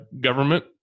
government